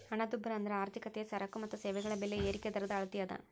ಹಣದುಬ್ಬರ ಅಂದ್ರ ಆರ್ಥಿಕತೆಯ ಸರಕ ಮತ್ತ ಸೇವೆಗಳ ಬೆಲೆ ಏರಿಕಿ ದರದ ಅಳತಿ ಅದ